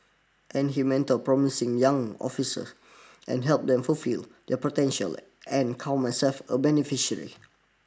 and he mentored promising young officers and helped them fulfil their potential I and count myself a beneficiary